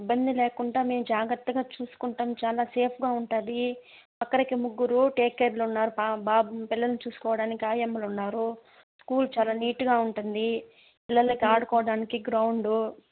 ఇబ్బంది లేకుండా మేము జాగ్రత్తగా చూసుకుంటాం చాలా సేఫ్గా ఉంటుంది అక్కడికి ముగ్గురు టేక్కేర్లు ఉన్నారు బాబు పిల్లల్ని చూసుకోవడానికి ఆయమ్మలున్నారు స్కూల్ చాలా నీట్గా ఉంటుంది పిల్లలకి ఆడుకోవడానికి గ్రౌండు